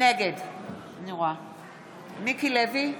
נגד מיקי לוי,